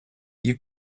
you